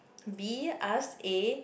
B ask A